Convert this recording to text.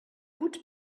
would